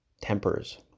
tempers